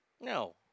No